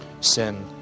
Sin